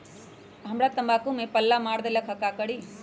हमरा तंबाकू में पल्ला मार देलक ये ला का करी?